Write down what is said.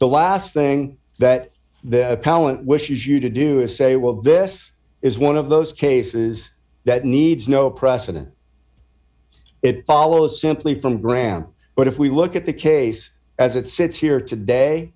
the last thing that the palin wishes you to do is say well this is one of those cases that needs no precedent it follows simply from graham but if we look at the case as it sits here today